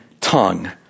tongue